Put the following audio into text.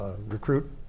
Recruit